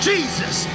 Jesus